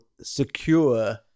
secure